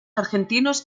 argentinos